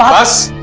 us